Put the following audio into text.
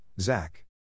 Zach